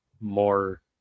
more –